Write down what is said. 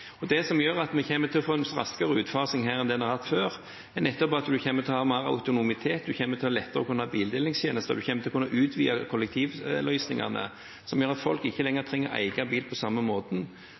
utslippsfrie. Det som gjør at vi kommer til å få en raskere utfasing her enn vi har hatt før, er nettopp at man kommer til å ha mer autonomitet, man kommer lettere til å kunne ha bildelingstjenester, man kommer til å kunne utvide kollektivløsningene, som gjør at folk ikke lenger trenger egen bil på samme måten.